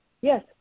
Yes